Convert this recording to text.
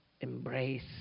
embrace